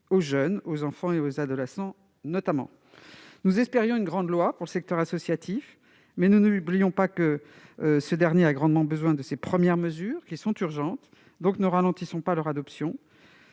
aux jeunes, notamment aux enfants et aux adolescents. Nous espérions une grande loi pour le secteur associatif, mais nous n'oublions pas que celui-ci a grandement besoin de ces premières mesures, qui sont urgentes. Donc, ne ralentissons pas leur adoption.